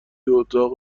اتاق